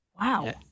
Wow